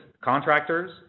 contractors